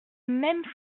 même